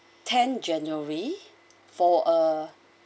tenth january for uh